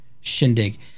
shindig